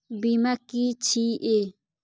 बीमा की छी ये?